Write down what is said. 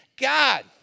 God